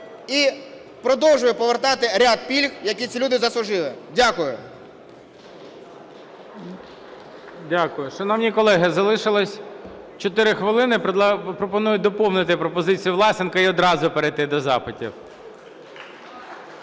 і продовжили повертати ряд пільг, які ці люди заслужили. Дякую. ГОЛОВУЮЧИЙ. Дякую. Шановні колеги, залишилось 4 хвилини, пропоную доповнити пропозицію Власенка і одразу перейти до запитів.